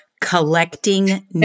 collecting